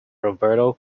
roberto